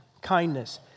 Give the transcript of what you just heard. kindness